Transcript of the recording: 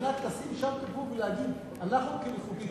לשים שם את הגבול ולהגיד: אנחנו כמחוקקים,